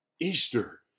Easter